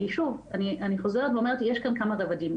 כי שוב, אני חוזרת ואומרת, יש כאן כמה רבדים.